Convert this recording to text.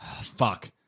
Fuck